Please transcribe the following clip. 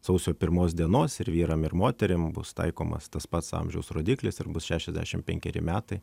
sausio pirmos dienos ir vyram ir moterim bus taikomas tas pats amžiaus rodiklis ir bus šešiasdešimt penkeri metai